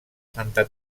santa